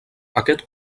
aquest